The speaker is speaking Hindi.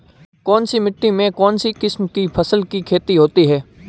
कौनसी मिट्टी में कौनसी किस्म की फसल की खेती होती है?